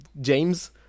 james